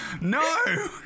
No